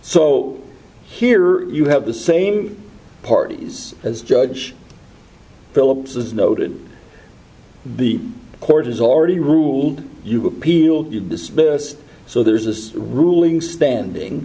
so here you have the same parties as judge philips is noted the court has already ruled you appealed to dismiss so there's this ruling standing